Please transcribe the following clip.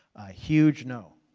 a huge no.